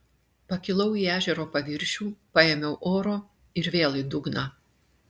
pakilau į ežero paviršių paėmiau oro ir vėl į dugną